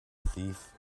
thief